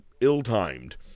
ill-timed